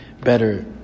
better